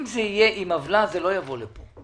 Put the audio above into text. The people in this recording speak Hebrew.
אם זה יהיה עם עוולה, זה לא יבוא לכאן.